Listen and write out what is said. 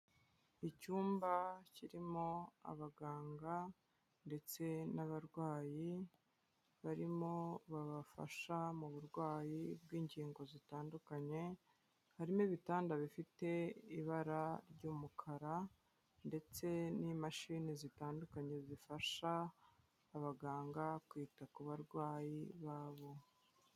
Icyumba kirimo abaganga ndetse n'abarwayi, barimo babafasha mu burwayi bw'ingingo zitandukanye, harimo ibitanda bifite ibara ry'umukara ndetse n'imashini zitandukanye zifasha abaganga kwita ku barwayi babo.